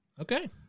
Okay